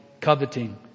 coveting